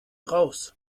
raus